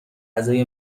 غذای